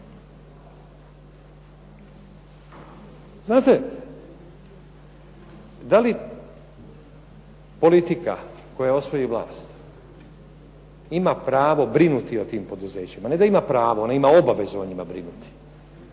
Znate, da li politika koja osvoji vlast ima pravo brinuti o tim poduzećima? Ne da ima pravo, ona ima obavezu o njima brinuti.